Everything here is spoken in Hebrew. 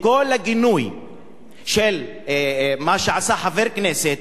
לכל הגינוי של מה שעשה חבר כנסת,